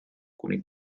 kuni